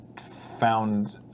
found